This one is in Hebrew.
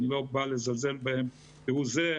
אני לא בא לזלזל בהם כהוא זה,